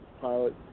pilot